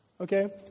okay